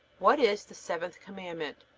what is the seventh commandment?